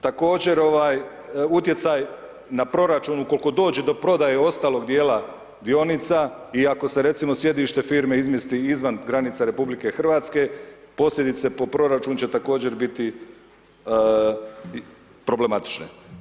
Također, ovaj utjecaj na proračun ukoliko dođe do prodaje ostalog dijela dionica i ako se recimo sjedište firme izmjesti izvan granica RH posljedice po proračun će također biti problematične.